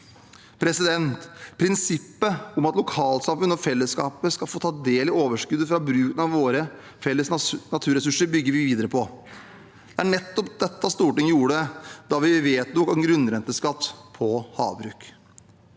Prinsippet om at lokalsamfunn og fellesskapet skal få ta del i overskuddet fra bruken av våre felles naturressurser, bygger vi videre på. Det er nettopp dette Stortinget gjorde da vi vedtok en grunnrenteskatt på havbruk.